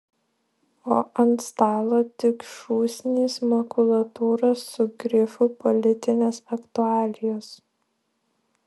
o ant stalo tik šūsnys makulatūros su grifu politinės aktualijos